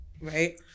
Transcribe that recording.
right